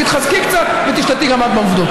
תתחזקי קצת ותשתדלי גם את בעובדות.